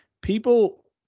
People